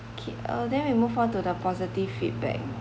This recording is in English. okay uh then we move on to the positive feedback